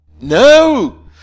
No